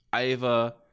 Iva